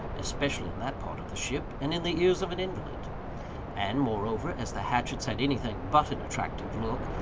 especially in that part of the ship, and in the ears of an invalid and moreover, as the hatchets had anything but an attractive look,